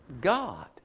God